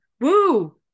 Woo